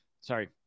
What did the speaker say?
Sorry